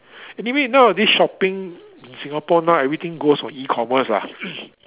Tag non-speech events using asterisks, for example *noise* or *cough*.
anyway nowadays shopping in Singapore now everything goes on E-commerce lah *noise*